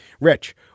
Rich